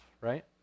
right